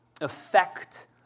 Affect